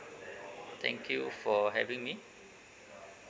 thank you for having me